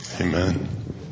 amen